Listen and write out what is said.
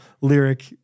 lyric